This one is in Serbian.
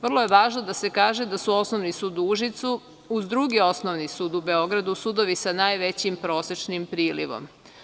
Vrlo je važno da se kaže da su Osnovni sud u Užicu uz drugi Osnovni sud u Beogradu sudovi sa najvećim prosečnim prilivom.